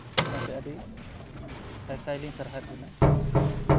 ᱚᱱᱟᱛᱮ ᱟᱹᱰᱤ ᱥᱟᱭ ᱥᱟᱭᱞᱤᱧ ᱥᱟᱨᱦᱟᱣ ᱮᱫ ᱵᱤᱱᱟ